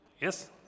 Yes